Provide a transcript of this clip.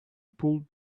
pulled